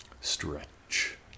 Stretch